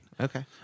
Okay